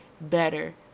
better